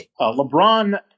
LeBron